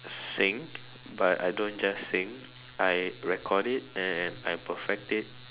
sing but I don't just sing I record it and I perfect it